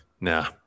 Nah